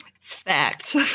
Fact